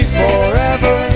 forever